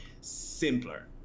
simpler